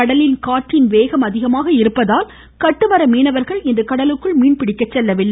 கடலில் காற்றின் வேகம் அதிகமாக இருப்பதால் கட்டுமர மீனவர்கள் இன்று கடலுக்குள் மீன்பிடிக்க செல்லவில்லை